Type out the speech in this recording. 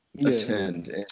attend